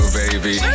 baby